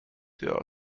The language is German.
der